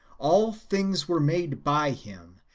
all things were made by him,